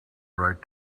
write